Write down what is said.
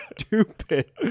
stupid